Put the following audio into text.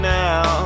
now